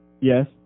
Yes